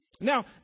Now